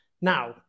Now